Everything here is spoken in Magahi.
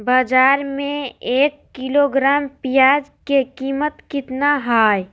बाजार में एक किलोग्राम प्याज के कीमत कितना हाय?